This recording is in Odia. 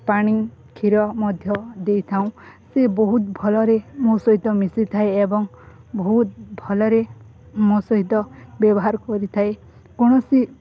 ପାଣି କ୍ଷୀର ମଧ୍ୟ ଦେଇଥାଉ ସେ ବହୁତ ଭଲରେ ମୋ ସହିତ ମିଶିଥାଏ ଏବଂ ବହୁତ ଭଲରେ ମୋ ସହିତ ବ୍ୟବହାର କରିଥାଏ କୌଣସି